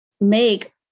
make